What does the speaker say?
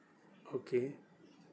okay